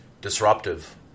disruptive